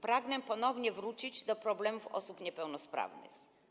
Pragnę ponownie wrócić do problemów osób niepełnosprawnych.